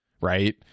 right